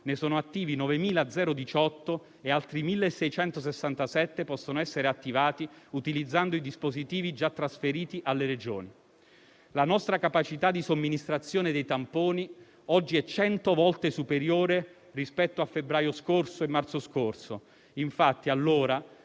ne sono attivi 9.018 e altri 1.667 possono essere attivati utilizzando i dispositivi già trasferiti alle Regioni. La nostra capacità di somministrazione dei tamponi oggi è 100 volte superiore rispetto a febbraio scorso e marzo scorso. Allora